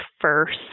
first